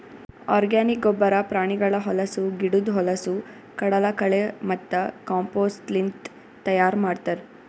organic ಗೊಬ್ಬರ ಪ್ರಾಣಿಗಳ ಹೊಲಸು, ಗಿಡುದ್ ಹೊಲಸು, ಕಡಲಕಳೆ ಮತ್ತ ಕಾಂಪೋಸ್ಟ್ಲಿಂತ್ ತೈಯಾರ್ ಮಾಡ್ತರ್